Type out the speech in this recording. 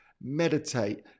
meditate